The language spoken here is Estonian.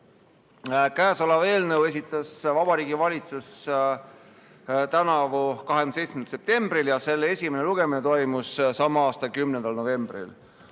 Kõnealuse eelnõu esitas Vabariigi Valitsus tänavu 27. septembril ja selle esimene lugemine toimus sama aasta 10. novembril.